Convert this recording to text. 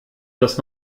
das